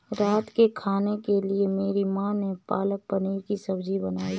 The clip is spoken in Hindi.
रात के खाने के लिए मेरी मां ने पालक पनीर की सब्जी बनाई है